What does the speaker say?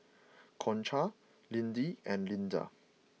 Concha Liddie and Linda